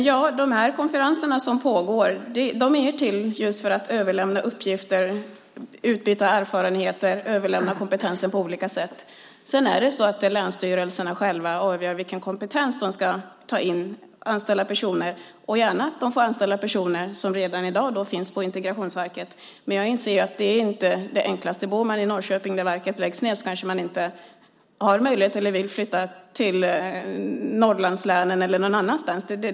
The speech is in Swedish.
Ja, de konferenser som pågår är till just för att överlämna uppgifter, utbyta erfarenheter och överlämna kompetensen på olika sätt. Det är länsstyrelserna själva som avgör vilken kompetens de ska ta in och som ska anställa personer. De får gärna anställa personer som redan i dag finns på Integrationsverket, men jag inser att det inte är det enklaste. Om man bor i Norrköping där verket läggs ned kanske man inte har möjlighet eller vill flytta till Norrlandslänen eller någon annanstans.